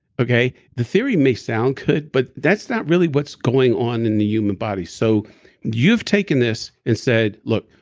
okay, the theory may sound good, but that's not really what's going on in the human body. so you've taken this and said, look,